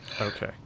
Okay